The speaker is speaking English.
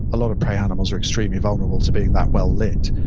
a lot of prey animals are extremely vulnerable to being that well lit.